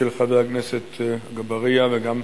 של חבר הכנסת אגבאריה ושל